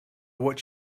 what